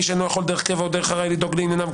או מי שאינו יכול דרך קבע או דרך ארעי לדאוג לענייניו,